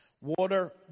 water